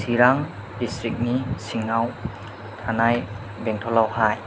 चिरां दिचट्रिकनि सिङाव थानाय बेंटलआवहाय